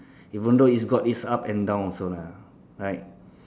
even though it's got it's up and down also lah right